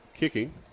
Kicking